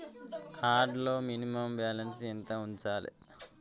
Card లో minimum balance ఎంత ఉంచాలే?